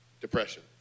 depression